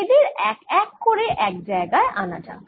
এদের এক এক করে এক জায়গায় আনা যাক